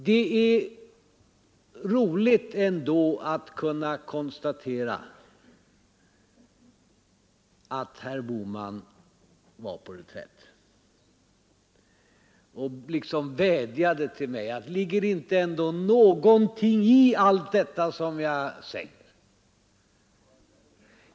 Det är roligt ändå att konstatera att herr Bohman var på reträtt och liksom vädjade till mig och menade: Ligger det ändå inte någonting i allt detta som jag säger?